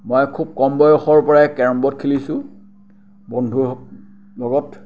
মই খুব কম বয়সৰ পৰাই কেৰম বৰ্ড খেলিছোঁ বন্ধু লগত